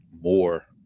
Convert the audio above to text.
more